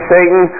Satan